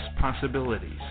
possibilities